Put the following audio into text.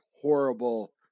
horrible